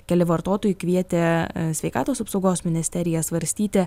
keli vartotojai kvietė sveikatos apsaugos ministeriją svarstyti